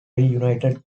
reunited